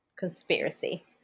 conspiracy